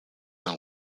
and